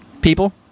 people